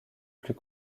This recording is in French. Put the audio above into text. plus